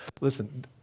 Listen